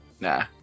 Nah